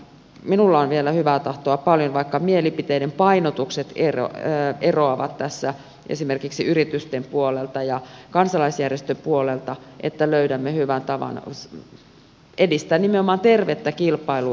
minulla on vielä hyvää tahtoa paljon vaikka mielipiteiden painotukset eroavat tässä esimerkiksi yritysten puolelta ja kansalaisjärjestöpuolelta että löydämme hyvän tavan edistää nimenomaan tervettä kilpailua